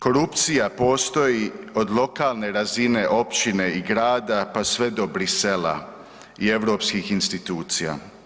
Korupcija postoji od lokalne razine općine i grada pa sve do Bruxellesa i europskih institucija.